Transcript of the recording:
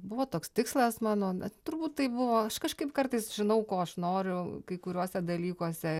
buvo toks tikslas mano turbūt tai buvo aš kažkaip kartais žinau ko aš noriu kai kuriuose dalykuose